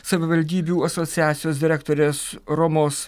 savivaldybių asociacijos direktorės romos